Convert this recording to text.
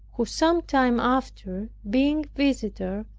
who some time after, being visitor,